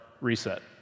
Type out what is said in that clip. reset